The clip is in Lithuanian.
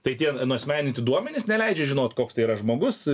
tai tie nuasmeninti duomenys neleidžia žinot koks tai yra žmogus